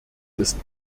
ist